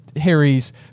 Harry's